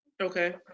Okay